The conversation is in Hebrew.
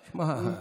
משנה, תשמע,